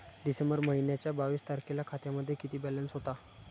डिसेंबर महिन्याच्या बावीस तारखेला खात्यामध्ये किती बॅलन्स होता?